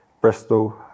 Bristol